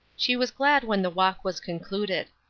she was glad when the walk was concluded.